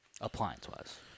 appliance-wise